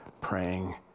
praying